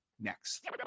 Next